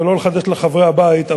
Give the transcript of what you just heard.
ולא לחדש לחברי הבית,